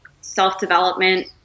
self-development